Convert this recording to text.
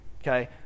okay